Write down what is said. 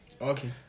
okay